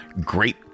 Great